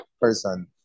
person